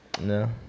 No